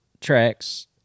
tracks